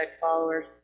followers